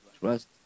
trust